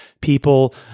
people